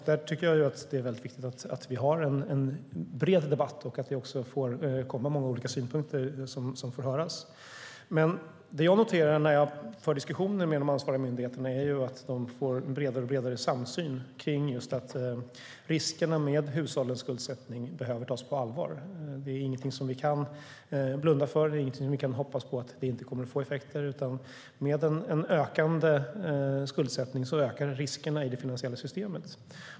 Därför är det viktigt att vi har en bred debatt och att många olika synpunkter får komma fram. När jag för diskussioner med de ansvariga myndigheterna noterar jag att de får en allt bredare samsyn om att riskerna med hushållens skuldsättning behöver tas på allvar. Det är ingenting som vi kan blunda för. Det är ingenting som vi kan hoppas inte kommer att ge effekter. Med en ökande skuldsättning ökar riskerna i det finansiella systemet.